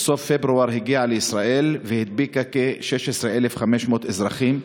ובסוף פברואר הגיעה לישראל והדביקה כ-16,500 אזרחים,